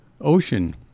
Ocean